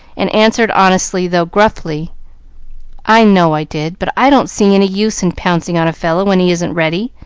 and answered honestly, though gruffly i know i did, but i don't see any use in pouncing on a fellow when he isn't ready.